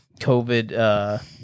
COVID